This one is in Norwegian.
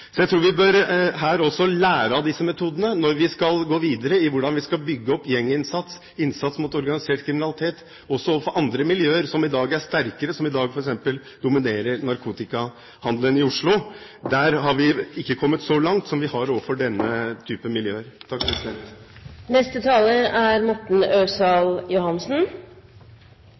Jeg tror vi her også bør lære av disse metodene når vi skal gå videre med hvordan vi skal bygge opp gjenginnsats og innsats mot organisert kriminalitet også i andre miljøer som i dag er sterkere, og som i dag dominerer f.eks. narkotikahandelen i Oslo. Der har vi ikke kommet så langt som vi har overfor denne typen miljøer. Det er et viktig tema som interpellanten tar opp, men det er